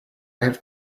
have